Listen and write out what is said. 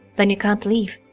then you can't leave.